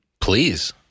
Please